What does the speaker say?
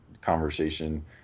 conversation